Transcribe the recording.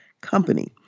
Company